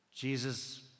Jesus